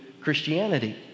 Christianity